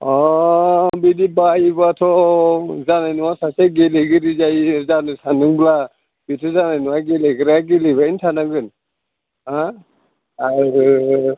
अ बिदि बायोब्लाथ' जानाय नङा सासे गेलेगिरि जायो जानो सानदोंब्ला बेदि जानाय नङा गेलेग्राया गेलेबायानो थांनांगोन हो आरो